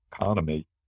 economy